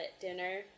dinner